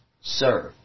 serve